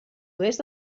oest